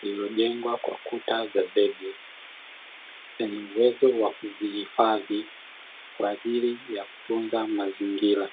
lililojengwa kwa kuta za zege, lenye uwezo wa kuzihifadhi kwaajili ya kutunza mazingira.